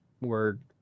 word